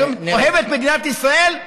אוהב את מדינת ישראל?